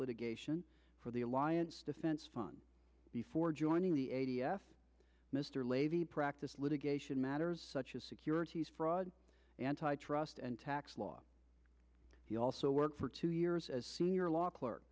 litigation for the alliance defense fund before joining the a d f mr lavie practice litigation matters such as securities fraud antitrust and tax law he also worked for two years as senior law clerk